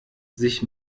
sich